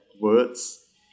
words